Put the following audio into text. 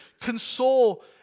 console